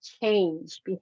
change